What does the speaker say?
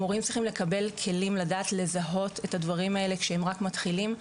מורים צריכים לקבל כלים לדעת לזהות את הדברים האלה כשהם רק מתחילים.